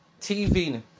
TV